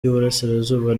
y’uburasirazuba